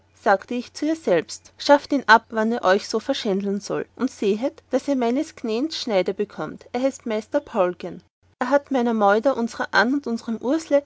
sagte ich zu ihr selbst schafft ihn ab wann er euch nicht so verschänden soll und sehet daß ihr meines knäns schneider bekommt der hieß meister paulgen er hat meiner meuder unserer